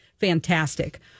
fantastic